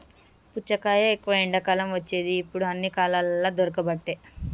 పుచ్చకాయ ఎక్కువ ఎండాకాలం వచ్చేది ఇప్పుడు అన్ని కాలాలల్ల దొరుకబట్టె